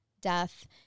death